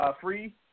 Free